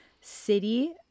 city